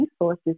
resources